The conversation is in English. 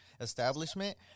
establishment